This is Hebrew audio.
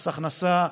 מס הכנסה,